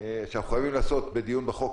שאנחנו חייבים לעשות בדיון בחוק,